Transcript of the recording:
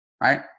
Right